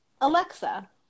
Alexa